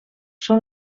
són